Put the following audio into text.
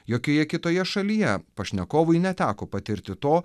jokioje kitoje šalyje pašnekovui neteko patirti to